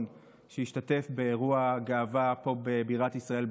שהשתתף באירוע הגאווה פה בבירת ישראל,